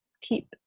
keep